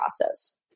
process